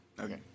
Okay